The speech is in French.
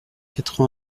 quatre